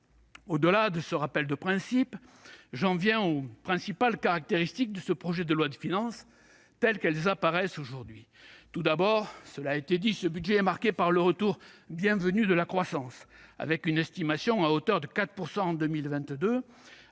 Au-delà de ce rappel de principe, j'en viens aux caractéristiques essentielles de ce projet de loi de finances, telles qu'elles apparaissent aujourd'hui. Tout d'abord, ce budget est marqué par le retour bienvenu de la croissance, avec une estimation à hauteur de 4 % en 2022,